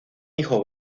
hijo